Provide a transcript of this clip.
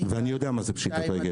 ואני יודע מה זה פשיטת רגל.